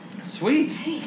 Sweet